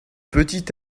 petit